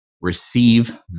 receive